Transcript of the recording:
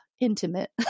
intimate